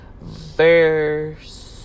verse